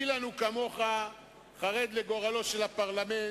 מי לנו כמוך, חרד לגורלו של הפרלמנט,